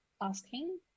asking